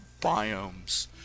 biomes